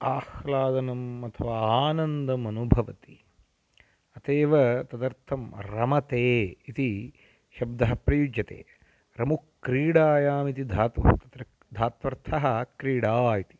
आह्लादनम् अथवा आनन्दम् अनुभवति अतः एव तदर्थं रमते इति शब्दः प्रयुज्यते रमुक्रीडायामिति धातुः तत्र धात्वर्थः क्रीडा इति